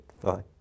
Bye